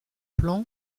plan